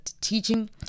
teaching